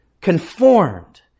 conformed